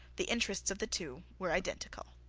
the interests of the two were identical